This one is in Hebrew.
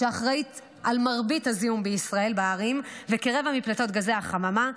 שאחראית למרבית הזיהום בישראל בערים ועל כרבע מפליטות גזי החממה,